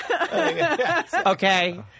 Okay